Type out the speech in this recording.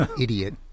idiot